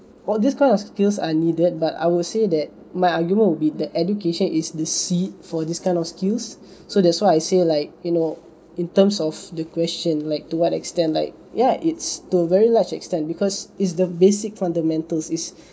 all these kind of skills are needed but I will say that my argument would be that education is the seed for these kind of skills so that's why I say like you know in terms of the question like to what extent like ya it's to a very large extent because it's the basic fundamentals it's